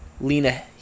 Lena